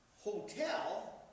hotel